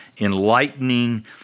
enlightening